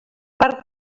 per